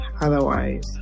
otherwise